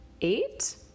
eight